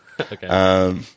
okay